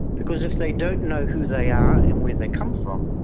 because if they don't know who they are and where they come from,